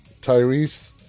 Tyrese